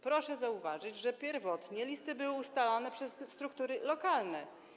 Proszę zauważyć, że pierwotnie listy były ustalane przez struktury lokalne.